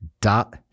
dot